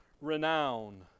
renown